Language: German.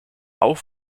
auch